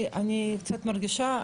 אני קצת מרגישה,